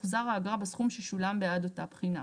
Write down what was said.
תוחזר האגרה בסכום ששולם בעד אותה בחינה.